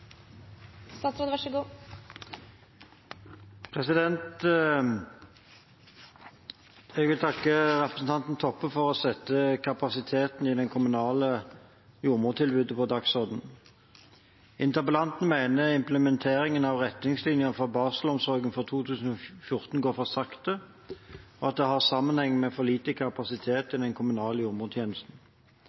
Jeg vil takke representanten Toppe for å sette kapasiteten i det kommunale jordmortilbudet på dagsordenen. Interpellanten mener implementeringen av retningslinjen for barselomsorgen fra 2014 går for sakte, og at det har sammenheng med for liten kapasitet i den kommunale